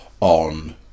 on